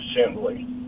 assembly